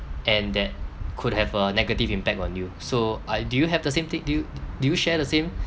and that could have a negative impact on you so uh do you have the same thing do you d~ do you share the same